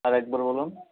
আরেকবার বলুন